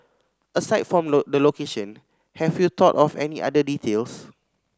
aside from the location have you thought of any other details